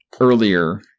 earlier